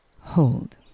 hold